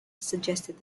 suggested